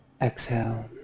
Exhale